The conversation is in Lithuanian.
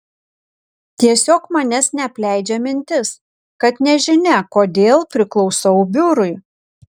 tiesiog manęs neapleidžia mintis kad nežinia kodėl priklausau biurui